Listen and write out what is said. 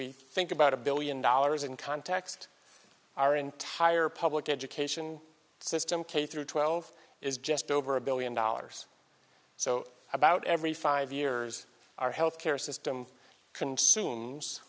we think about a billion dollars in context our entire public education system k through twelve is just over a billion dollars so about every five years our health care system consumes